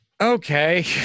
Okay